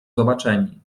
zobaczeni